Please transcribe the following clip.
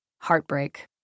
Heartbreak